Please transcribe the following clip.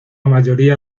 mayoría